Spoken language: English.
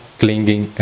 clinging